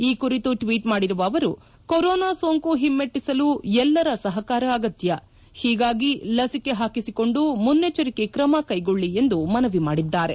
ಈ ಕುರಿತು ಟ್ನೀಟ್ ಮಾಡಿರುವ ಅವರು ಕೊರೋನಾ ಸೋಂಕು ಹಿಮ್ನೆಟ್ಟಿಸಲು ಎಲ್ಲರ ಸಹಾರ ಅಗತ್ಯ ಹೀಗಾಗಿ ಲಸಿಕೆ ಹಾಕಿಸಿಕೊಂಡು ಮುನ್ನೆಚ್ಚರಿಕೆ ಕ್ರಮ ಕೈಗೊಳ್ಳ ಎಂದು ಮನವಿ ಮಾಡಿದ್ದಾರೆ